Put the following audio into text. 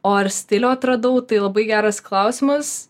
o ar stilių atradau tai labai geras klausimas